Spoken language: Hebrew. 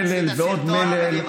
מלל ועוד מלל,